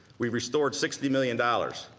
we restored sixty million dollars,